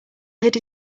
hid